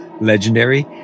legendary